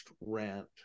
rant